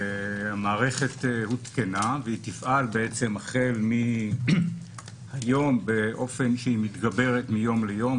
המערכת עודכנה והיא תפעל החל מהיום באופן שהיא מתגברת מיום ליום.